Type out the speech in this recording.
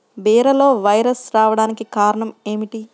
బీరలో వైరస్ రావడానికి కారణం ఏమిటి?